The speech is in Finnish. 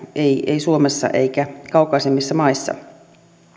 ei ei suomessa eikä kaukaisemmissa maissa